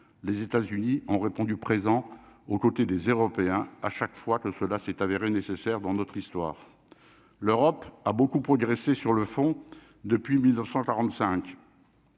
les États-Unis ont répondu présents aux côtés des Européens à chaque fois que cela s'est avéré nécessaire dans notre histoire, l'Europe a beaucoup progressé sur le fond depuis 1945